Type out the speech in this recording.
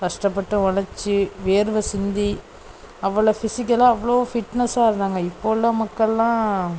கஷ்டப்பட்டு உலச்சு வேர்வை சிந்தி அவ்வளோ ஃபிசிக்கலாக அவ்வளோ ஃபிட்னஸாக இருந்தாங்க இப்போ உள்ள மக்கள் எல்லாம்